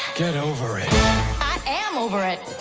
get over it. i am over it.